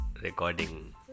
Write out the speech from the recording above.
recording